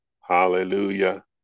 Hallelujah